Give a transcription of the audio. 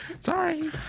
sorry